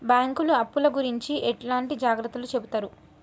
బ్యాంకులు అప్పుల గురించి ఎట్లాంటి జాగ్రత్తలు చెబుతరు?